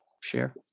share